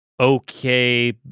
Okay